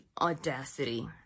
audacity